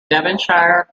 devonshire